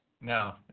No